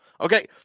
Okay